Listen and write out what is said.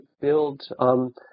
build